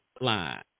line